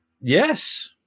Yes